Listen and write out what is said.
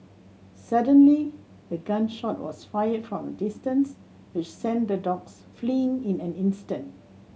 suddenly a gun shot was fired from a distance which sent the dogs fleeing in an instant